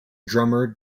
drummer